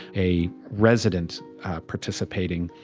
a resident participating.